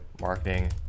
marketing